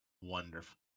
wonderful